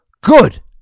Good